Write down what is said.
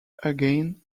again